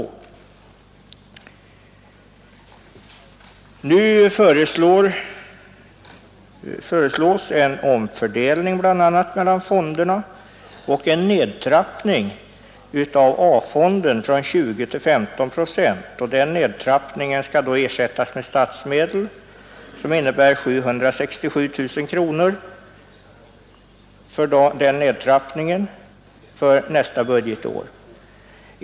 Nu föreslås en omfördelning mellan fonderna och en nedtrappning av A-fonden från 20 till 15 procent. Denna nedtrappning skall ersättas med statsmedel, som uppgår till 767 000 kronor för nästa budgetår.